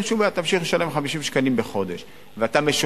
אין שום בעיה,